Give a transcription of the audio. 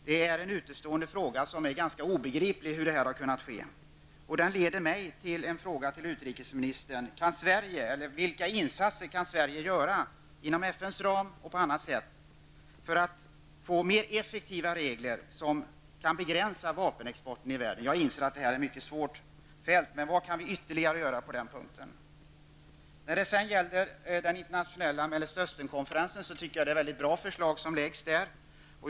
Det är ganska obegripligt hur det har kunnat ske, och jag vill fråga utrikesministern: Vilka insatser kan Sverige göra inom FNs ram och på annat sätt för att få mer effektiva regler i syfte att begränsa vapenexporten i världen? Jag inser att detta är mycket svårt. Men vad kan vi alltså ytterligare göra på den punkten? När det gäller den internationella Mellanösternkonferensen tycker jag att det är ett mycket bra förslag som framläggs.